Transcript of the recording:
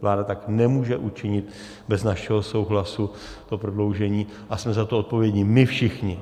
Vláda tak nemůže učinit bez našeho souhlasu, to prodloužení, a jsme za to odpovědní my všichni.